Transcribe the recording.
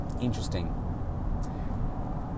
Interesting